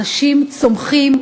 אנשים צומחים,